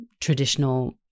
traditional